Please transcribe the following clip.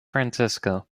francisco